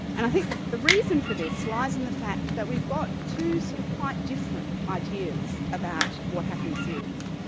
and i think the reason for this lies in the fact that we've got two sort of quite different ideas about what happiness is.